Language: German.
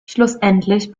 schlussendlich